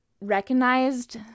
recognized